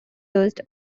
used